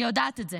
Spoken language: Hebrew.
אני יודעת את זה.